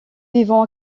vivant